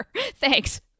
Thanks